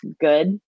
good